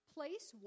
Place